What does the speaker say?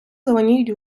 зеленіють